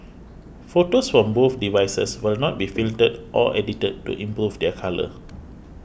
photos from both devices will not be filtered or edited to improve their colour